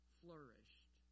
flourished